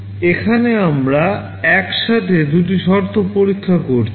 এখানে আমরা একসাথে দুটি শর্ত পরীক্ষা করছি